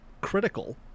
critical